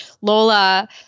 Lola